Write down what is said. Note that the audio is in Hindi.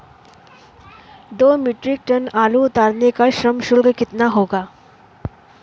दो मीट्रिक टन आलू उतारने का श्रम शुल्क कितना होगा?